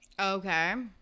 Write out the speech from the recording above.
Okay